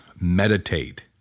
meditate